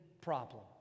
problem